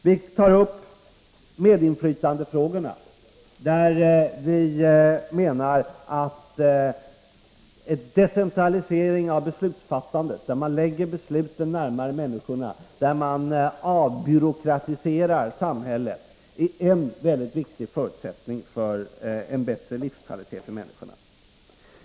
Vi tar upp medinflytandefrågorna och framför som vår mening att en decentralisering av beslutsfattandet med besluten närmare människorna samt en avbyråkratisering av samhället är viktiga förutsättningar för en bättre livskvalitet för människorna.